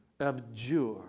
abjure